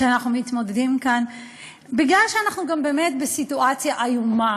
שאנחנו מתמודדים כאן בגלל שאנחנו גם באמת בסיטואציה איומה.